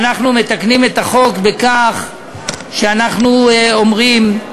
ואנחנו מתקנים את החוק בכך שאנחנו אומרים: